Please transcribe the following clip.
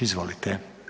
Izvolite.